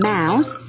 Mouse